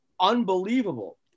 unbelievable